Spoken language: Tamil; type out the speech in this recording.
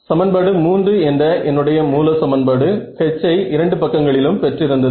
சமன்பாடு 3 என்ற என்னுடைய மூல சமன்பாடு H ஐ இரண்டு பக்கங்களிலும் பெற்று இருந்தது